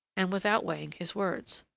and without weighing his words.